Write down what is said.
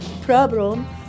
Problem